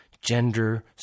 gender